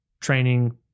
training